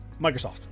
Microsoft